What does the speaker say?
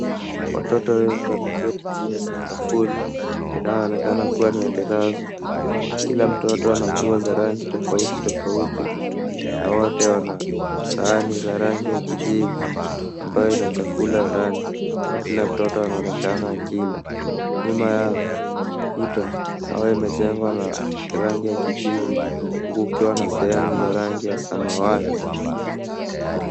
Watoto wengi wameketi chini sakafuni inayoonekana kuwa ni ya terazzo kila mtoto ana nguo za rangi tofauti tofauti ,na wote wana sahani za rangi ya kijivu ambayo ina chakula ndani kila mtoto anaonekana akila. Nyuma yao kuta ambayo imejengewa na rangi ya kijivu huku kukiwa na sehemu ya rangi ya samawati.